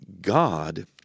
God